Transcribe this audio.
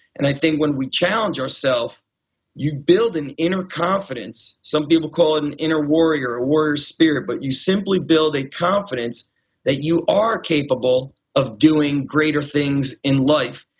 and i think when we challenge ourself you build an inner confidence, some people call it an inner warrior, a warrior spirit, but you simply build a confidence that you are capable of doing greater things in life.